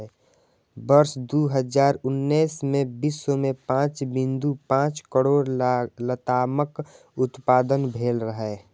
वर्ष दू हजार उन्नैस मे विश्व मे पांच बिंदु पांच करोड़ लतामक उत्पादन भेल रहै